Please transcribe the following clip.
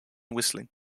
whistling